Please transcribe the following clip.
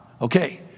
Okay